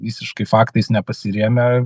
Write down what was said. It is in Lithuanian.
visiškai faktais nepasirėmę